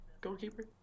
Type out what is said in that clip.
goalkeeper